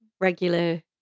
regular